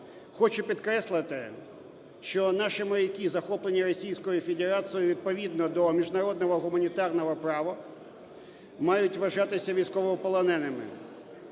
Хочу підкреслити, що наші моряки, захоплені Російською Федерацією, відповідно до міжнародного гуманітарного права, мають вважатися військовополоненими.